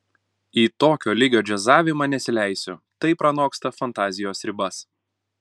į tokio lygio džiazavimą nesileisiu tai pranoksta fantazijos ribas